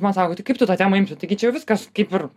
man sako tai kaip tu tą temą imsi taigi čia jau viskas kaip ir